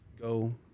go